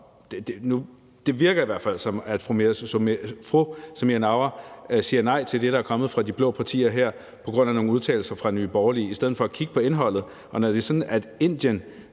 det virker i hvert fald sådan – fru Samira Nawa siger nej til det, der er kommet fra de blå partier her på grund af nogle udtalelser fra Nye Borgerlige, i stedet for at kigge på indholdet.